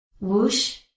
Whoosh